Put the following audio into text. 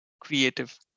creative